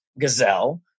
gazelle